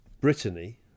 Brittany